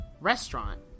restaurant